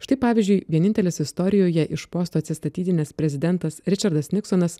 štai pavyzdžiui vienintelis istorijoje iš posto atsistatydinęs prezidentas ričardas niksonas